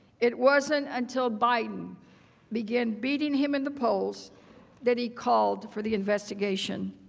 it wasn't until biden began beating him in the poll that he called for the investigation.